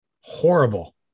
Horrible